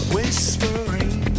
Whispering